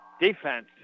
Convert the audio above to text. defense